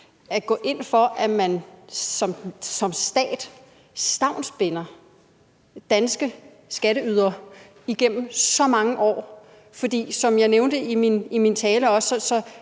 at gå ind for, at man som stat stavnsbinder danske skatteydere igennem så mange år? For som jeg også nævnte i min tale,